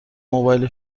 موبایل